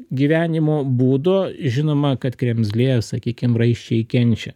gyvenimo būdo žinoma kad kremzlės sakykim raiščiai kenčia